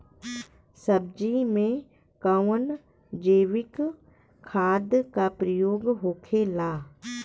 सब्जी में कवन जैविक खाद का प्रयोग होखेला?